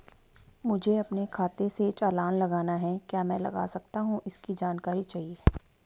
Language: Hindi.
मुझे अपने खाते से चालान लगाना है क्या मैं लगा सकता हूँ इसकी जानकारी चाहिए?